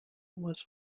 was